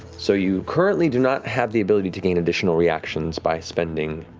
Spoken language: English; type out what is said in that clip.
so you currently do not have the ability to gain additional reactions by spending